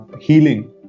healing